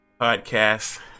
podcast